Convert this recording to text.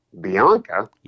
Bianca